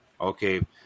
Okay